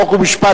חוק ומשפט,